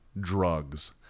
drugs